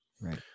Right